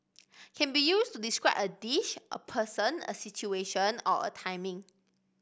can be used to describe a dish a person a situation or a timing